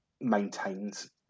maintains